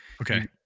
okay